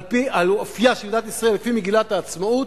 על אופיה של מדינת ישראל לפי מגילת העצמאות.